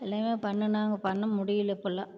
எல்லாமே பண்ணுனாங்கள் பண்ண முடியல இப்போல்லாம்